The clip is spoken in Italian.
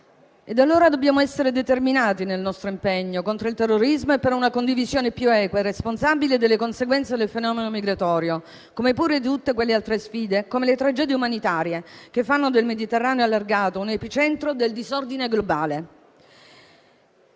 allora essere determinati nel nostro impegno contro il terrorismo e impegnati a realizzare una condivisione più equa e responsabile delle conseguenze del fenomeno migratorio, per affrontare tutte le altre sfide e le tragedie umanitarie, che fanno del Mediterraneo allargato un epicentro del disordine globale.